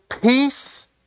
peace